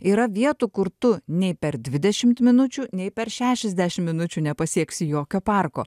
yra vietų kur tu nei per dvidešimt minučių nei per šešiasdešim minučių nepasieksi jokio parko